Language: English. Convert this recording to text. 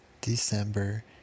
December